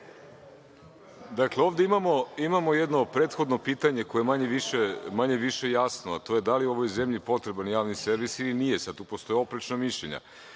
Dakle, ovde imamo jedno prethodno pitanje koje je manje-više jasno, a to je - da li je ovoj zemlji potreban Javni servis ili nije sada? Tu postoje oprečna mišljenja,